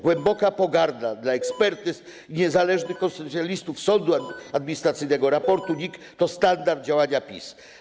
Głęboka pogarda dla ekspertyz niezależnych konstytucjonalistów sądu administracyjnego, raportu NIK to standard działania PiS.